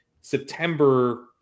September